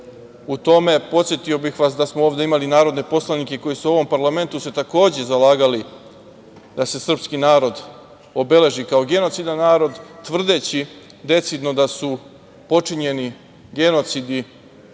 u tome, podsetio bih vas da smo ovde imali narodne poslanike koji su u ovom parlamentu se takođe zalagali da se srpski narod obeleži kao genocidan narod, tvrdeći decidno da su počinjeni genocidi,